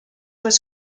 was